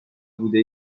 بوده